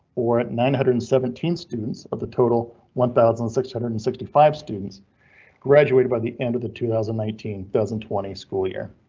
or at nine hundred and seventeen students of the total one thousand six hundred and sixty five. students graduated by the end of the two thousand and nineteen thousand twenty school year.